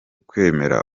kwemera